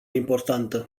importantă